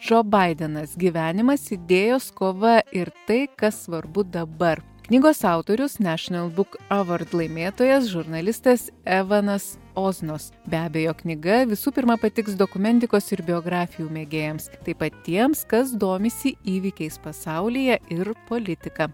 džo baidenas gyvenimas idėjos kova ir tai kas svarbu dabar knygos autorius nešinelbuk avard laimėtojas žurnalistas evaldas oznos be abejo knyga visų pirma patiks dokumentikos ir biografijų mėgėjams taip pat tiems kas domisi įvykiais pasaulyje ir politika